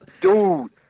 Dude